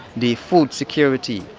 the food security,